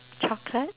chocolate